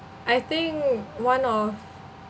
I think one of